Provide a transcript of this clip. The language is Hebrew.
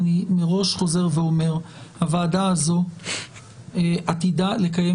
אני מראש חוזר ואומר שהוועדה הזאת עתידה לקיים